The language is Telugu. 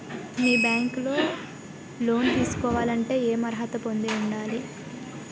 మీ బ్యాంక్ లో లోన్ తీసుకోవాలంటే ఎం అర్హత పొంది ఉండాలి?